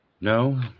No